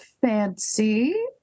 fancy